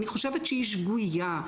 אני חושבת שהיא שגויה.